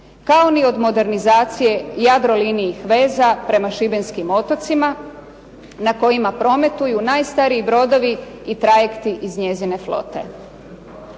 kao ni od modernizaciji Jadrolinijih veza prema šibenskim otocima na kojima prometuju najstariji brodovi i trajekti iz njezine flote.